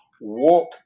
walk